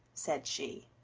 said she.